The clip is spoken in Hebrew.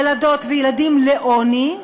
ילדות וילדים לעוני,